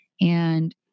And-